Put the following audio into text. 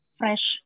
fresh